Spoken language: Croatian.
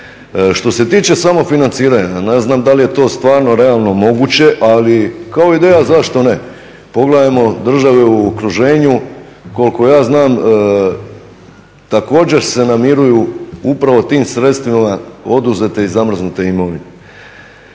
Što se tiče samog financiranja ne znam da li je to stvarno realno moguće ali kao ideja zašto ne. Pogledajmo države u okruženju koliko ja znam također se namiruju upravo tim sredstvima oduzete i zamrznute imovine.